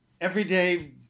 everyday